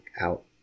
out